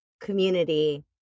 community